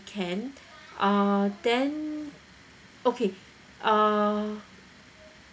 can uh then okay uh